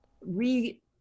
re